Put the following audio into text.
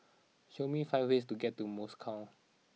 show me five ways to get to Moscow